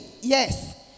yes